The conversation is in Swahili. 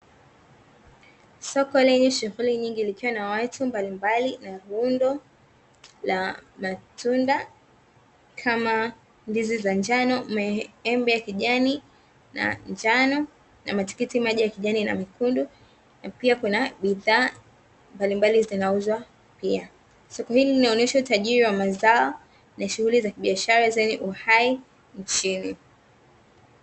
Soko lenye shughuli nyingi likiwa na watu mbalimbali na rundo la matunda kama ndizi za njano, maembe ya kijani na njano na matikiti maji ya kijani na mekundu na pia kuna bidhaa mbalimbali zinauzwa pia, soko hili linaonesha utajiri wa mazao na shughuli za biashara zenye uhai nchini.